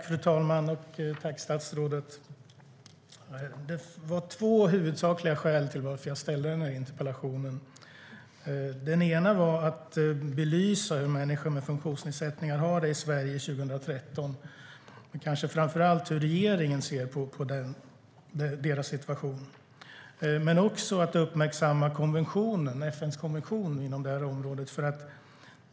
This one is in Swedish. Fru talman! Tack, statsrådet, för svaret! Det fanns två huvudsakliga skäl till att jag ställde den här interpellationen. Det ena var att belysa hur människor med funktionsnedsättning har det i Sverige 2013 och kanske framför allt hur regeringen ser på deras situation. Det andra var att uppmärksamma FN-konventionen på det här området.